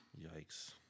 Yikes